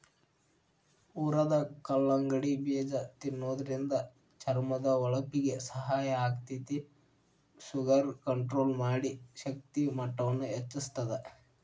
ಹುರದ ಕಲ್ಲಂಗಡಿ ಬೇಜ ತಿನ್ನೋದ್ರಿಂದ ಚರ್ಮದ ಹೊಳಪಿಗೆ ಸಹಾಯ ಆಗ್ತೇತಿ, ಶುಗರ್ ಕಂಟ್ರೋಲ್ ಮಾಡಿ, ಶಕ್ತಿಯ ಮಟ್ಟವನ್ನ ಹೆಚ್ಚಸ್ತದ